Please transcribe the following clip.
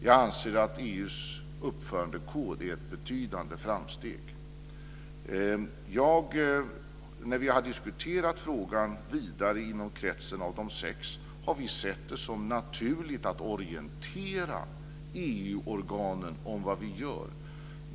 Jag anser att EU:s uppförandekod är ett betydande framsteg. När vi inom kretsen av de sex länderna har diskuterat frågan vidare har vi sett det som naturligt att orientera EU-organen om vad vi gör.